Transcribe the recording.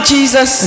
Jesus